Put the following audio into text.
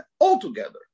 altogether